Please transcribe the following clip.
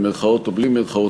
במירכאות או בלי מירכאות,